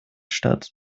statt